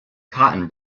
cotton